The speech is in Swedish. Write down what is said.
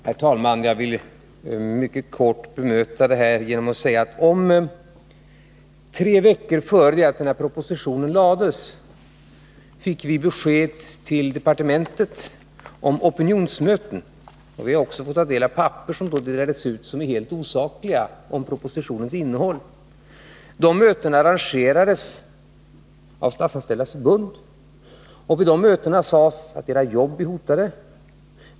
Herr talman! Jag vill mycket kort bemöta detta genom att säga följande. Tre veckor innan propositionen lades fram fick vi besked till departementet om opinionsmöten som arrangerades av Statsanställdas förbund. Vi har också fått ta del av papper som då delades ut om propositionens innehåll. De var helt osakliga. Där sades: ”Era jobb är hotade.